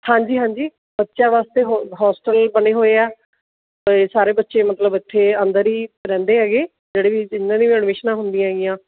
ਹਾਂਜੀ ਹਾਂਜੀ ਬੱਚਿਆਂ ਵਾਸਤੇ ਹੋ ਹੋਸਟਲ ਬਣੇ ਹੋਏ ਆ ਸਾਰੇ ਬੱਚੇ ਮਤਲਬ ਇੱਥੇ ਅੰਦਰ ਹੀ ਰਹਿੰਦੇ ਹੈਗੇ ਜਿਹੜੇ ਵੀ ਜਿਹਨਾ ਦੀ ਵੀ ਐਡਮਿਸ਼ਨਾਂ ਹੁੰਦੀਆਂ ਹੈਗੀਆਂ